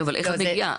אין בעיה.